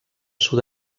sud